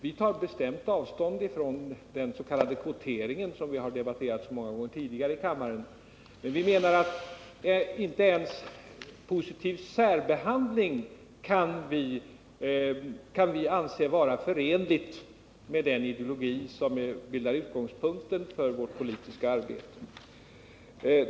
Vi tar bestämt avstånd från den s.k. kvoteringen, som har debatterats så många gånger tidigare i kammaren, men inte heller s.k. positiv särbehandling kan vi anse förenlig med den ideologi som bildar utgångspunkten för vårt politiska arbete.